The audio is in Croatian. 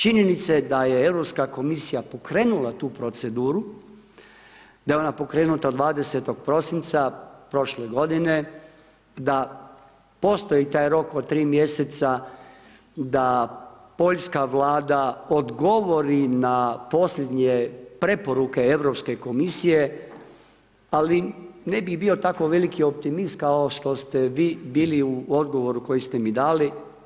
Činjenica je da Europska komisija pokrenula tu proceduru, da je ona pokrenuta 20. prosinca prošle godine, da postoji taj rok od tri mjeseca da Poljska vlada odgovori na posljednje preporuke Europske komisije, ali ne bi bio tako veliki optimist kao što ste vi bili u odgovoru koji ste mi dali.